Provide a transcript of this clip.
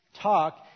talk